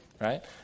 right